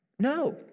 No